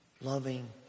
loving